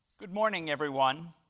good morning, everyone,